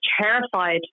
terrified